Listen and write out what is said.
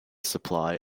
supply